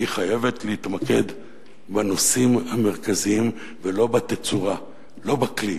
חייבת להתמקד בנושאים המרכזיים ולא בתצורה; לא בכלי,